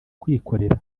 kwikorera